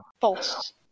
False